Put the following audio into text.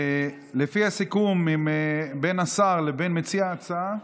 לפי הסיכום בין השר לבין מציע ההצעה,